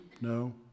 no